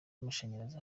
amashanyarazi